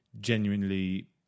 genuinely